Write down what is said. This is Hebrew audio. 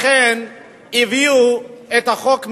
לכן הביאו את החוק מחדש,